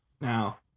Now